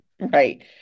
Right